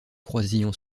croisillon